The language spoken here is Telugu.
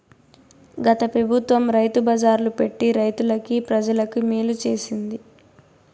గత పెబుత్వం రైతు బజార్లు పెట్టి రైతులకి, ప్రజలకి మేలు చేసింది